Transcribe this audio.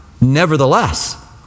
nevertheless